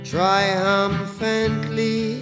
Triumphantly